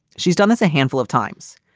she's done this a handful of times.